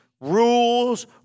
rules